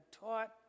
taught